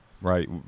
right